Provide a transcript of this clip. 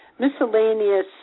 miscellaneous